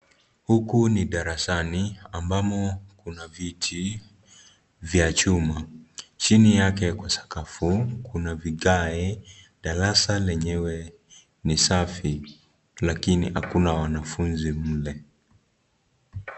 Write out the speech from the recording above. Huku ni darasani ambamo kuna viti vya chuma ,chini yake Kwa sakafu kuna vigae. Darasa lenyewe ni safi lakini hakuna wanafunzi mle.